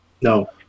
no